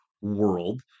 world